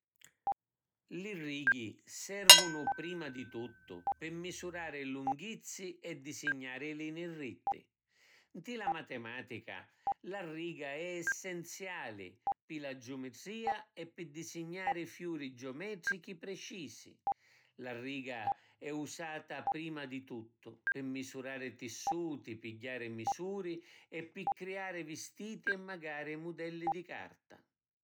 Li righi servunu prima di tuttu pi misurari lunghizzi e disignari linii retti. Nti la matematica la riga è essenziali pi la giometria e pi disignari fiuri giometrichi precisi. La riga è usata prima di tutto pi misurari tissuti, pigghiari misuri e pi criari vistiti e macari mudelli di carta.